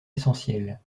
essentielle